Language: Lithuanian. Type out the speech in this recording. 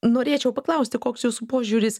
norėčiau paklausti koks jūsų požiūris